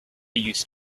used